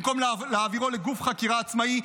במקום להעבירו לגוף חקירה עצמאי,